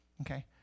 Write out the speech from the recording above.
Okay